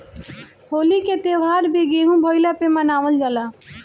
होली के त्यौहार भी गेंहू भईला पे मनावल जाला